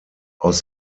aus